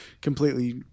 completely